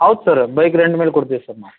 ಹೌದು sir bike rent ಮೇಲೆ ಕೊಡ್ತಿವಿ ಸರ್ ನಾವು